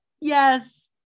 yes